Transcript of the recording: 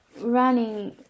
running